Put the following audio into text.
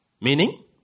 Meaning